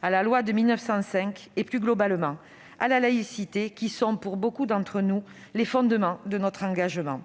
à la loi de 1905 et, plus globalement, à la laïcité. Ce sont, pour beaucoup d'entre nous, les fondements de notre engagement.